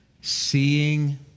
seeing